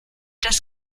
das